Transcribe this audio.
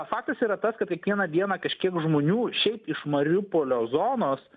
faktas yra tas kad kiekvieną dieną kažkiek žmonių šiaip iš mariupolio zonos